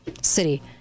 city